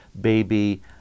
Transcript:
Baby